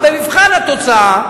ובמבחן התוצאה,